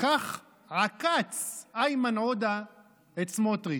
כך עקץ איימן עודה את סמוטריץ'".